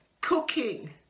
cooking